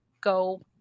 go